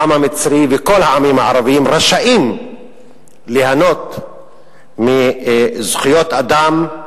העם המצרי וכל העמים הערביים רשאים ליהנות מזכויות אדם,